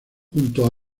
junto